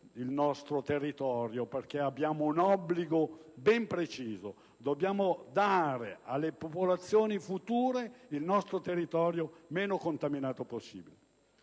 il nostro territorio. Abbiamo un obbligo ben preciso: dare alle popolazioni future il nostro territorio meno rovinato possibile.